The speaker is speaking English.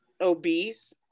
obese